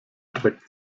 dreck